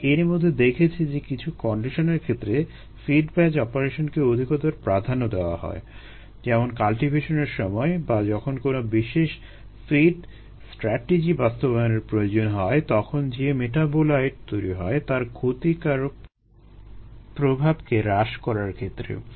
আমরা এরই মধ্যে দেখেছি যে কিছু কন্ডিশনের ক্ষেত্রে ফিড ব্যাচ অপারেশনকে অধিকতর প্রাধান্য দেওয়া হয় যেমন কাল্টিভেশনের সময় বা যখন কোনো বিশেষ ফিড স্ট্যাটেজি বাস্তবায়নের প্রয়োজন হয় তখন যে মেটাবোলাইট তৈরি হয় তার ক্ষতিকারক প্রভাবকে হ্রাস করার ক্ষেত্রে